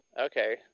Okay